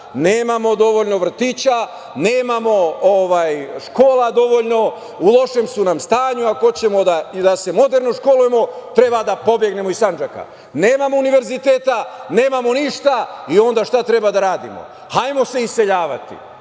Nemamo dovoljno vrtića, nemamo škola dovoljno, u lošem su nam stanju, ako hoćemo moderno da se školujemo, treba da pobegnemo iz Sandžaka. Nemamo univerziteta, nemamo ništa, i onda šta treba da radimo? Hajmo se iseljavati. Naša